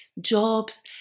jobs